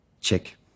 Check